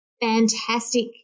fantastic